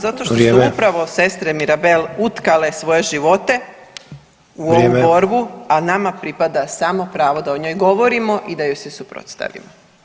Zato što [[Upadica: Vrijeme.]] su upravo sestre Mirabal utkale svoje živote u ovu borbu [[Upadica: Vrijeme.]] a nama pripada samo pravo da o njoj govorimo i da joj se suprotstavimo.